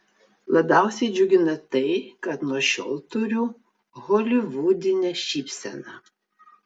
labiausiai džiugina tai kad nuo šiol turiu holivudinę šypseną